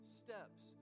steps